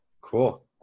Cool